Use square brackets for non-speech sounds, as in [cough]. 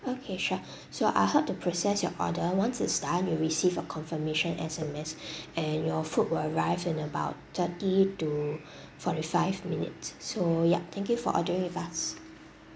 okay sure so I'll help to process your order once it's done you'll receive a confirmation S_M_S [breath] and your food will arrive in about thirty to forty five minutes so yup thank you for ordering with us